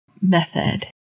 method